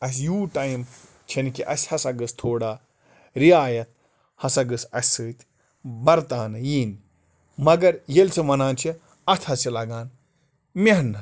اَسہِ یوٗت ٹایِم چھَنہٕ کہِ اَسہِ ہسا گٔژھ تھوڑا رِعایَت ہسا گٔژھ اَسہِ سۭتۍ بَرتاونہٕ یِنۍ مگر ییٚلہِ سُہ وَنان چھِ اَتھ حظ چھِ لَگان محنت